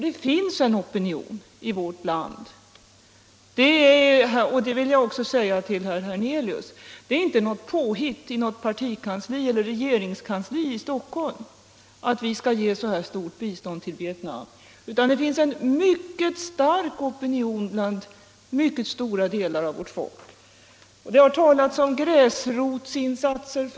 Det finns en opinion för det i vårt land — det vill jag säga också till herr Hernelius. Det är inte något påhitt av något partikansli eller av regeringskansliet i Stockholm att vi skall ge så här stort bistånd till Vietnam, utan det finns en mycket stark opinion för det i stora delar av vårt folk. Här har tidigare i dag talats om gräsrotsinsatser.